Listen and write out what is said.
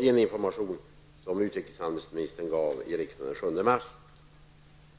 den information som utrikeshandelsministern gav i riksdagen den 7 mars.